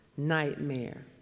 nightmare